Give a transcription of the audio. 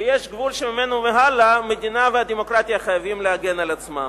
ויש גבול שממנו והלאה המדינה והדמוקרטיה חייבות להגן על עצמן.